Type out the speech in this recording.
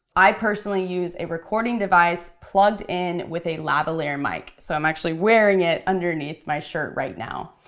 i personally use a recording device plugged in with a lavalier mic, so i'm actually wearing it underneath my shirt right now.